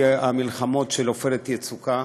המלחמות של "עופרת יצוקה",